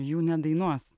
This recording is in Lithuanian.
jų nedainuos